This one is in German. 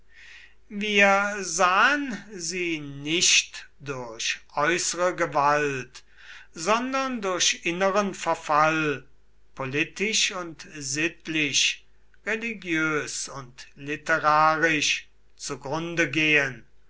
wir sahen sie nicht durch äußere gewalt sondern durch inneren verfall politisch und sittlich religiös und literarisch zugrunde gehen